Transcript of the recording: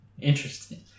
Interesting